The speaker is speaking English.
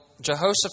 Jehoshaphat